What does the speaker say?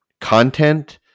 content